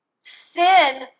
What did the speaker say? Sin